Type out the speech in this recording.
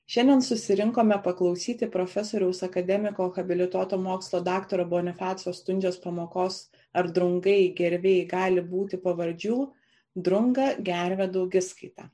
šiandien susirinkome paklausyti profesoriaus akademiko habilituoto mokslo daktaro bonifaco stundžios pamokos ar drungai gerviai gali būti pavardžių drunga gervė daugiskaita